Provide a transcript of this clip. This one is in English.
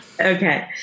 Okay